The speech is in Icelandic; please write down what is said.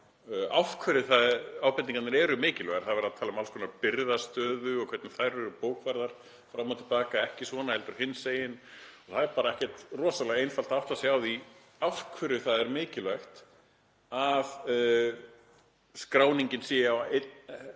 af hverju ábendingarnar eru mikilvægar. Það er verið að tala um alls konar birgðastöður og hvernig þær eru bókfærðar fram og til baka, ekki svona heldur hinsegin. Það er bara ekkert rosalega einfalt að átta sig á því af hverju það er mikilvægt að skráningin sé